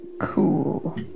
Cool